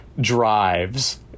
drives